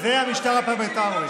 לגמרי, זה המשטר הפרלמנטרי.